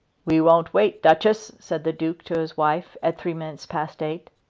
we won't wait, duchess, said the duke to his wife at three minutes past eight.